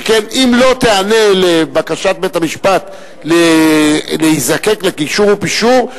שכן אם לא תיענה לבקשת בית-המשפט להיזקק לגישור ופישור,